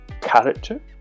character